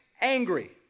angry